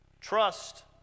trust